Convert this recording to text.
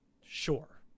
sure